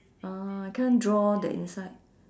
orh can't draw the inside